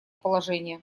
положение